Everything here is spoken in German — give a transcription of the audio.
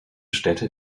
städte